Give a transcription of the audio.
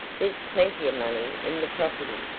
there's plenty of money in the property,